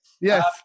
Yes